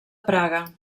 praga